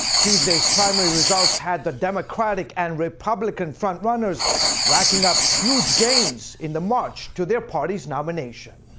tuesday's primary results had the democratic and republican front-runners racking up huge gains in the march to their parties' nominations.